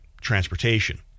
transportation